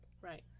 Right